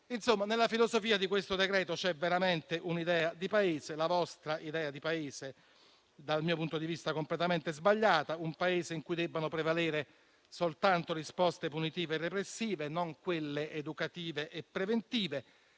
Insomma, nella filosofia di questo decreto-legge c'è veramente un'idea di Paese, la vostra idea di Paese, che, dal mio punto di vista, è completamente sbagliata: un Paese in cui debbano prevalere soltanto risposte punitive e repressive, non quelle educative e preventive.